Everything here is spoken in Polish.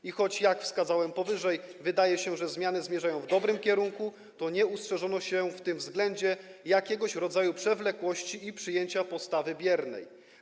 I choć, jak wskazałem powyżej, wydaje się, że zmiany zmierzają w dobrym kierunku, to nie ustrzeżono się w tym względzie przed pewnego rodzaju przewlekłością i przyjęciem postawy biernej.